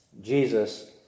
Jesus